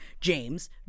james